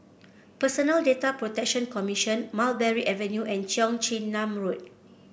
Personal Data Protection Commission Mulberry Avenue and Cheong Chin Nam Road